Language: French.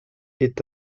est